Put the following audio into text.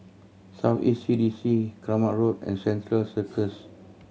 South East C D C Keramat Road and Central Circus